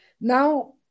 Now